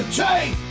take